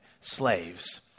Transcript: slaves